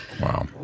Wow